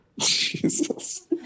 Jesus